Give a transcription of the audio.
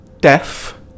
Deaf